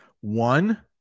one